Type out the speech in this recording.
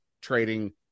trading